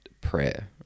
prayer